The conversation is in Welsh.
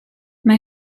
mae